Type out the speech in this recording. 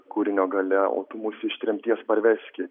kūrinio gale o tu mus iš tremties parveški